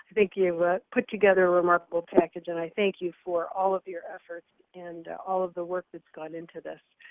think you but put together a remarkable package. and i thank you for all of your efforts and all of the work that's got into this.